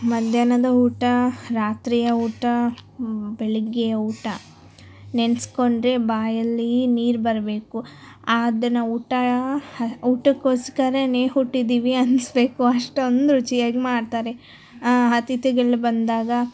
ಮಧ್ಯಾಹ್ನದ ಊಟ ರಾತ್ರಿಯ ಊಟ ಬೆಳಗ್ಗೆಯ ಊಟ ನೆನ್ಸ್ಕೊಂಡರೆ ಬಾಯಲ್ಲಿ ನೀರು ಬರಬೇಕು ಅದನ್ನ ಊಟ ಊಟಕ್ಕೋಸ್ಕರನೇ ಹುಟ್ಟಿದ್ದೀವಿ ಅನ್ಸ್ಬೇಕು ಅಷ್ಟೊಂದು ರುಚಿಯಾಗಿ ಮಾಡ್ತಾರೆ ಅತಿಥಿಗಳು ಬಂದಾಗ